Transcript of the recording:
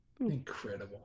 Incredible